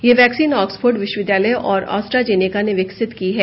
यह vaccine Oxford विश्वविद्यालय और ऑस्ट्रा जेनेका ने विकसित की है